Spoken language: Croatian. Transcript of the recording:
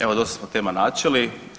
Evo dosta smo tema načeli.